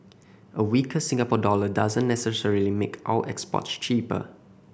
a weaker Singapore dollar doesn't necessarily make our exports cheaper